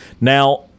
Now